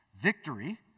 victory